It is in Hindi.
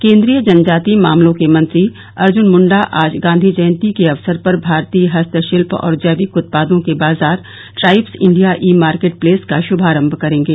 केन्द्रीय जनजातीय मामलों के मंत्री अर्जन मृण्डा आज गांधी जयन्ती के अवसर पर भारतीय हस्तशिल्य और जैविक उत्पादों के बाजार tribes India e market place का शुभारम्भ करेंगे